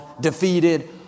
defeated